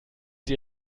sie